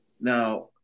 Now